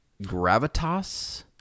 gravitas